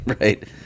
right